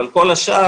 אבל כל השאר,